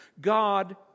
God